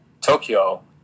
Tokyo